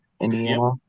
Indiana